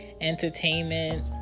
entertainment